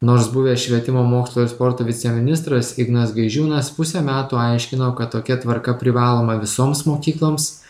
nors buvęs švietimo mokslo ir sporto viceministras ignas gaižiūnas pusę metų aiškino kad tokia tvarka privaloma visoms mokykloms